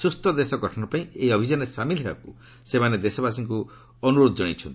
ସୁସ୍ଥ ଦେଶ ଗଠନ ପାଇଁ ଏହି ଅଭିଯାନରେ ସାମିଲ ହେବାକୁ ସେମାନେ ଦେଶବାସୀଙ୍କୁ ଅନୁରୋଧ ଜଣାଇଛନ୍ତି